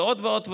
ועוד ועוד ועוד,